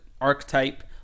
archetype